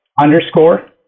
Underscore